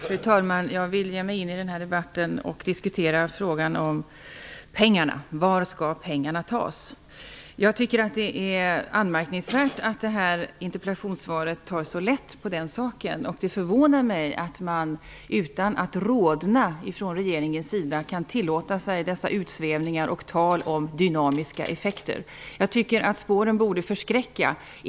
Fru talman! Jag vill ge mig in i den här debatten och diskutera frågan om pengarna. Var skall pengarna tas? Jag tycker att det är anmärkningsvärt att det här interpellationssvaret tar så lätt på den saken. Det förvånar mig att regeringen utan att rodna kan tillåta sig dessa utsvävningar och detta tal om dynamiska effekter. Jag tycker att spåren borde förskräcka.